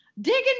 digging